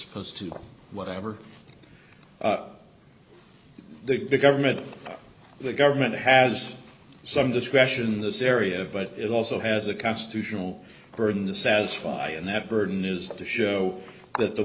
supposed to be whatever the government the government has some discretion in this area but it also has a constitutional burden to satisfy and that burden is to show that the